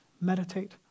meditate